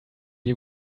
you